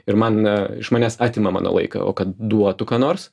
ir man iš manęs atima mano laiką o kad duotų ką nors